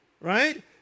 right